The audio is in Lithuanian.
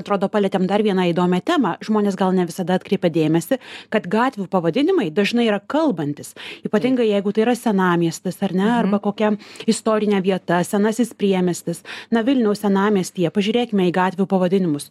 atrodo palietėm dar vieną įdomią temą žmonės gal ne visada atkreipia dėmesį kad gatvių pavadinimai dažnai yra kalbantys ypatingai jeigu tai yra senamiestis ar ne arba kokia istorinę vieta senasis priemiestis na vilniaus senamiestyje pažiūrėkime į gatvių pavadinimus